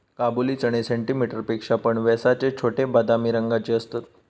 काबुली चणे सेंटीमीटर पेक्षा पण व्यासाचे छोटे, बदामी रंगाचे असतत